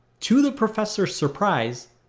to the professor's surprise,